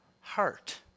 heart